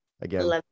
again